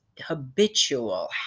habitual